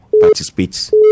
Participates